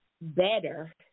better